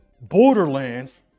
borderlands